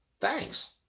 Thanks